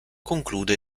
conclude